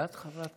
ואת חברת כנסת.